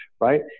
right